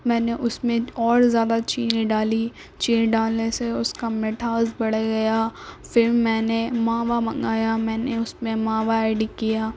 میں نے اس میں اور زیادہ چینی ڈالی چینی ڈالنے سے اس کا مٹھاس بڑھ گیا پھر میں نے ماوا منگایا میں نے اس میں ماوا ایڈ کیا